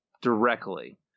directly